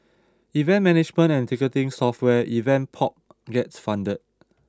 event management and ticketing software Event Pop gets funded